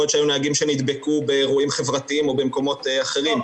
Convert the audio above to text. יכול להיות שהיו נהגים שנדבקו באירועים חברתיים או במקומות אחרים,